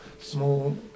small